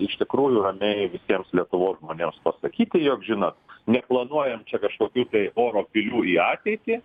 iš tikrųjų ramiai visiems lietuvos žmonėms pasakyti jog žinot neplanuojam čia kažkokių tai oro pilių į ateitį